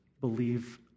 believe